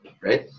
Right